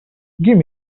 give